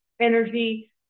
energy